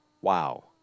Wow